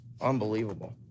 Unbelievable